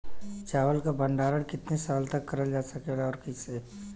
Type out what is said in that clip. चावल क भण्डारण कितना साल तक करल जा सकेला और कइसे?